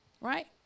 right